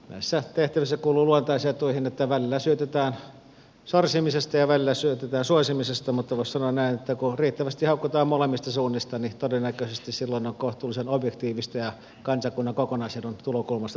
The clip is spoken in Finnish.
näissä tehtävissä kuuluu luontaisetuihin että välillä syytetään sorsimisesta ja välillä syytetään suosimisesta mutta voisi sanoa näin että kun riittävästi haukutaan molemmista suunnista niin todennäköisesti silloin on kohtuullisen objektiivista ja kansakunnan kokonaisedun tulokulmasta tapahtuvaa päätöksentekoa